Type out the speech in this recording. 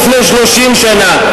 לא לפני 30 שנה.